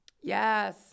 Yes